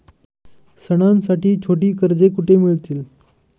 सणांसाठी छोटी कर्जे कुठे मिळतील?